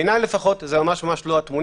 בעיניי, לפחות, זו ממש של התמונה.